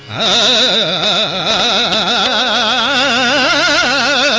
aa